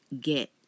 get